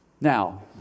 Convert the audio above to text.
Now